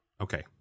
Okay